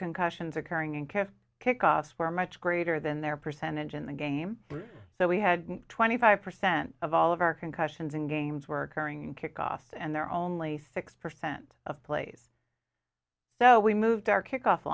concussions occurring in cast kickoffs were much greater than their percentage in the game so we had twenty five percent of all of our concussions in games were occurring in kickoffs and they're only six percent of plays so we moved our kickoff